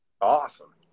Awesome